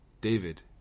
David